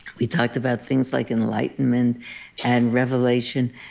we talked about things like enlightenment and revelation,